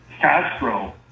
Castro